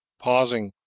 pausing,